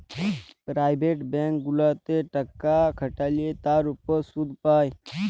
private bank গুলাতে টাকা খাটাল্যে তার উপর শুধ পাই